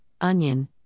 onion